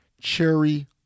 cherry